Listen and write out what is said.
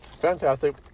fantastic